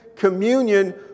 communion